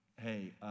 hey